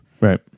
Right